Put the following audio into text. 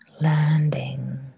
Landing